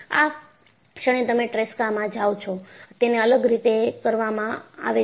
આ ક્ષણે તમે ટ્રેસ્કા માં આવો છો તેને અલગ રીતે કરવામાં આવે છે